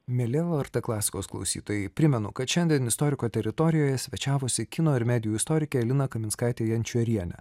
mieli lrt klasikos klausytojai primenu kad šiandien istoriko teritorijoje svečiavosi kino ir medijų istorikė lina kaminskaitė jančiorienė